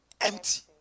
empty